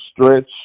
stretch